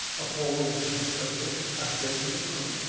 appalled at the discovery, i fled to the front.